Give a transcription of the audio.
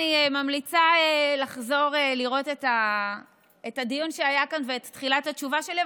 אני ממליצה לחזור לראות את הדיון שהיה כאן ואת תחילת התשובה שלי,